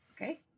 Okay